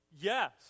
Yes